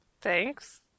Thanks